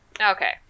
Okay